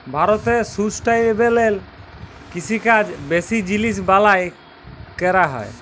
ভারতে সুস্টাইলেবেল কিষিকাজ বেশি জিলিস বালাঁয় ক্যরা হ্যয়